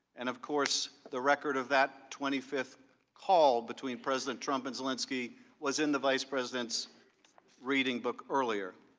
and of course the record of that twenty fifth call between president trump and zelensky was in the vice presidents reading book earlier.